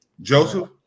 Joseph